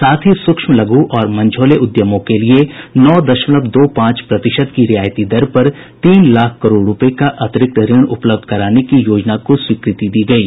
साथ ही सूक्ष्म लघु और मंझौले उद्यमों के लिए नौ दशमलव दो पांच प्रतिशत की रियायती दर पर तीन लाख करोड़ रूपये का अतिरिक्त ऋण उपलब्ध कराने की योजना को स्वीकृति दी गयी